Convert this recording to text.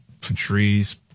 Patrice